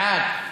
בעד,